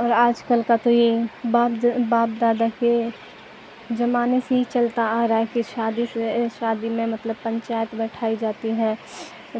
اور آج کل کا تو یہ باپ باپ دادا کے زمانے سے ہی چلتا آ رہا ہے کہ شادی سے شادی میں مطلب پنچایت بیٹھائی جاتی ہے